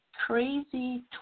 crazy